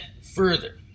further